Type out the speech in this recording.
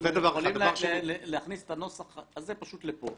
אנחנו יכולים להכניס את הנוסח הזה לפה